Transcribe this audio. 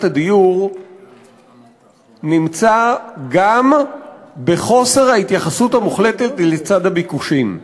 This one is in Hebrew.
הדיור נמצא גם בחוסר ההתייחסות המוחלט לצד הביקושים.